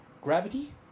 Gravity